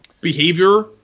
behavior